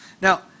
Now